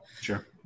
Sure